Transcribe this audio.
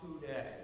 today